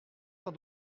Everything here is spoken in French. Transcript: tend